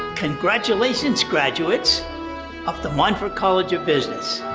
congratulations graduates of the monfort college of business.